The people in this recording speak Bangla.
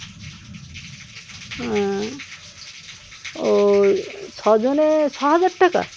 ও ছজনে ছহাজার টাকা